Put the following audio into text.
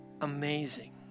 amazing